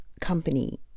company